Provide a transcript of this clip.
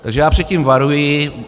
Takže já před tím varuji.